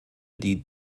die